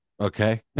okay